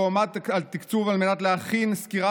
והוא עמד על תקצוב על מנת להכין סקירה